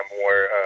more